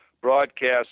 broadcast